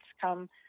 come